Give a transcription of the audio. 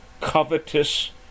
Covetous